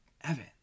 Evan